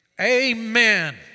Amen